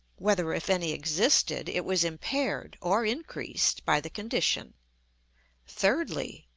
whether, if any existed, it was impaired or increased by the condition thirdly,